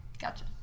Gotcha